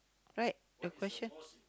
right the question